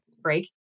break